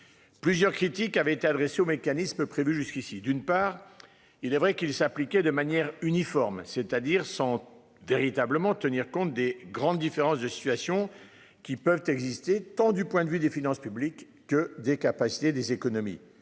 Plusieurs critiques avaient été adressées aux mécanismes prévus jusqu'ici d'une part il est vrai qu'il s'appliquer de manière uniforme, c'est-à-dire sans véritablement tenir compte des grandes différences de situations qui peuvent exister, tant du point de vue des finances publiques que des capacités des économies.